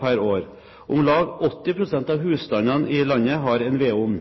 per år. Om lag 80 pst. av husstandene i landet har en vedovn.